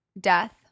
Death